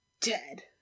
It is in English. dead